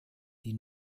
die